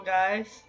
guys